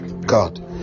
God